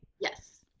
Yes